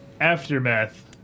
aftermath